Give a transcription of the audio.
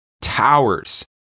towers